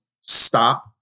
stop